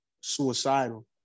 suicidal